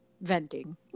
venting